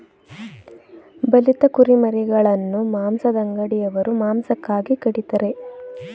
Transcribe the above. ಬಲಿತ ಕುರಿಮರಿಗಳನ್ನು ಮಾಂಸದಂಗಡಿಯವರು ಮಾಂಸಕ್ಕಾಗಿ ಕಡಿತರೆ